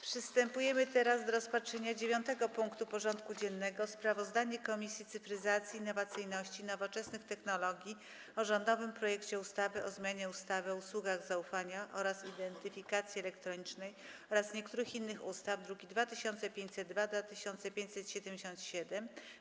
Przystępujemy do rozpatrzenia punktu 9. porządku dziennego: Sprawozdanie Komisji Cyfryzacji, Innowacyjności i Nowoczesnych Technologii o rządowym projekcie ustawy o zmianie ustawy o usługach zaufania oraz identyfikacji elektronicznej oraz niektórych innych ustaw (druki nr 2502 i 2577)